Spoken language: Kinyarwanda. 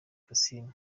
kassim